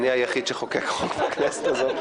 אני היחיד שחוקק חוק בכנסת הזאת.